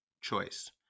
choice